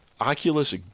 Oculus